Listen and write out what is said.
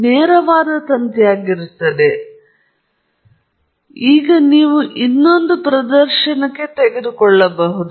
ನಾನು ಅದನ್ನು ಇಲ್ಲಿ ಬರೆಯಿದ್ದೇನೆ ಏಕೆಂದರೆ ನಾನು ಇಲ್ಲಿ ಏನನ್ನಾದರೂ ಬರೆದಿದ್ದೇನೆ ಆದರೆ ಮೂಲಭೂತವಾಗಿ ಅದು ನೇರವಾದ ತಂತಿಯಾಗಿರುತ್ತದೆ ಅದು ಅಲ್ಲಿಗೆ ಬರುವುದು ಮತ್ತು ನಂತರ ನೀವು ಇನ್ನೊಂದು ಪ್ರದರ್ಶನಕ್ಕೆ ತೆಗೆದುಕೊಳ್ಳಬಹುದು